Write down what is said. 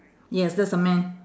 yes there's a man